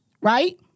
right